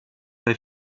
bei